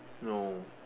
no